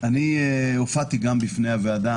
אני הופעתי בפני הוועדה.